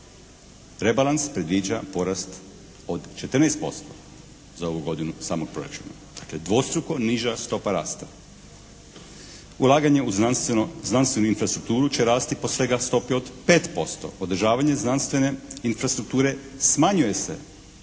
rebalans predviđa porast od 14% za ovu godinu samog proračuna, dakle dvostruko niža stopa rasta. Ulaganje u znanstvenu infrastrukturu će rasti po svega stopi od 5%. Održavanje znanstvene infrastrukture smanjuje se